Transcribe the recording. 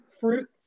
fruit